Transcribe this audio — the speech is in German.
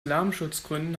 lärmschutzgründen